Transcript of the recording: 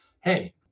hey